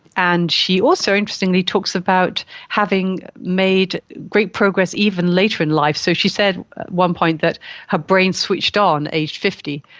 and she also interestingly talks about having made great progress even later in life. so she said at one point that her brain switched on aged fifty.